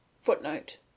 Footnote